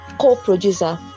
co-producer